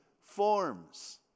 forms